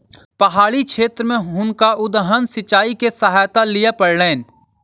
पहाड़ी क्षेत्र में हुनका उद्वहन सिचाई के सहायता लिअ पड़लैन